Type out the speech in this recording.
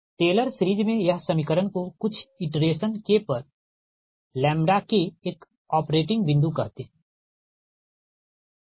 Taylor series में यह समीकरण को कुछ इटरेशन K पर Kएक ऑपरेटिंग बिंदु कहते है ठीक है